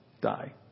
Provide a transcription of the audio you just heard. die